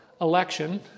election